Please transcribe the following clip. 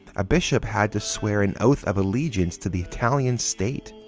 a bishop had to swear an oath of allegiance to the italian state.